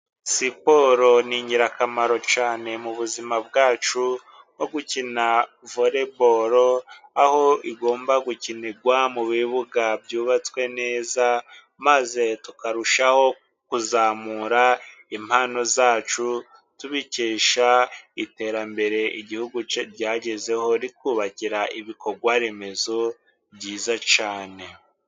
Siporo ni ingirakamaro cyane mu buzima bwacu, nko gukina vore boro, aho igomba gukinirwa mu bibuga byubatswe neza, maze tukarushaho kuzamura impano zacu, tubikesha iterambere igihugu ryagezeho, ritwubakira ibikorwaremezo byiza cyane.